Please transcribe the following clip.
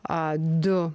a du